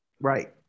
Right